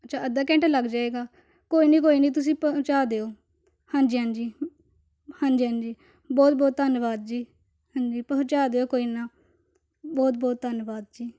ਅੱਛਾ ਅੱਧਾ ਘੰਟਾ ਲੱਗ ਜਾਵੇਗਾ ਕੋਈ ਨਹੀਂ ਕੋਈ ਨਹੀਂ ਤੁਸੀਂ ਪਹੁੰਚਾ ਦਿਓ ਹਾਂਜੀ ਹਾਂਜੀ ਹਾਂਜੀ ਹਾਂਜੀ ਬਹੁਤ ਬਹੁਤ ਧੰਨਵਾਦ ਜੀ ਹਾਂਜੀ ਪਹੁੰਚਾ ਦਿਓ ਕੋਈ ਨਾ ਬਹੁਤ ਬਹੁਤ ਧੰਨਵਾਦ ਜੀ